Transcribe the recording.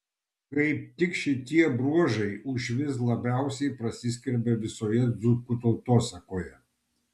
kaip tik šitie bruožai užvis labiausiai prasiskverbia visoje dzūkų tautosakoje